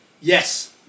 Yes